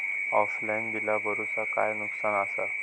Offline बिला भरूचा काय नुकसान आसा?